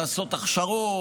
לעשות הכשרות,